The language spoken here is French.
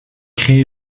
créé